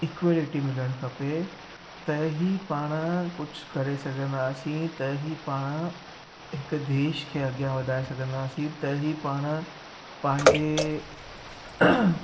equality मिलणु खपे त ही पाणि कुझु करे सघंदासीं त ही पाणि हिकु देश खे अॻियां वधाए सघंदासीं त ही पाणि पंहिंजे